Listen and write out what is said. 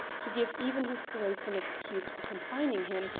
to give even his grace an excuse for confining him,